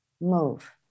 move